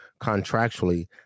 contractually